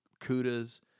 kudas